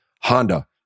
Honda